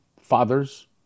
fathers